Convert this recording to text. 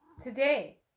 Today